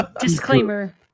Disclaimer